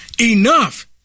Enough